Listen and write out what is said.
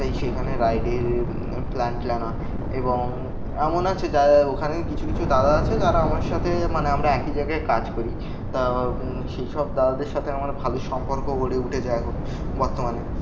তাই সেখানে রাইডের প্ল্যান ট্ল্যান হয় এবং এমন আছে যা ওখানে কিছু কিছু দাদা আছে যারা আমার সাথে মানে আমরা একই জায়গায় কাজ করি তো সেই সব দাদাদের সাথে আমার ভালো সম্পর্ক গড়ে উঠেছে এখন বর্তমানে